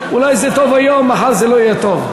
אולי זה טוב היום, מחר זה לא יהיה טוב.